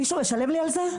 מישהו משלם לי על זה?